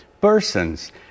persons